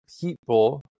people